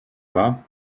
wahr